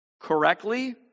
correctly